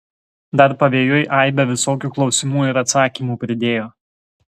dar pavėjui aibę visokių klausimų ir atsakymų pridėjo